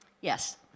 Yes